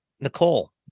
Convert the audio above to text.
Nicole